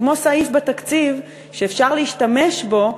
הוא כמו סעיף בתקציב שאפשר להשתמש בו,